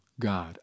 God